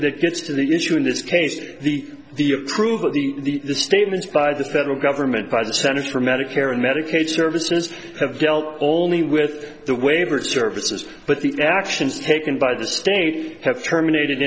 if it gets to the issue in this case the the approval of the statements by the federal government by the centers for medicare and medicaid services have dealt only with the waiver of services but the actions taken by the state have terminated